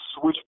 switch